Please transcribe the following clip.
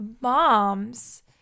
moms